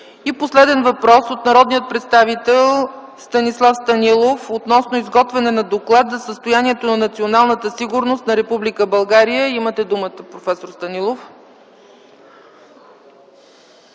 И последен въпрос от народния представител Станислав Станилов относно изготвяне на Доклад за състоянието на националната сигурност на Република България. Имате думата, проф. Станилов.